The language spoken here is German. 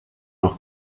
noch